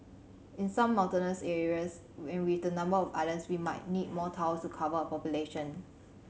in some mountainous areas and with the number of islands we might need more towers to cover our population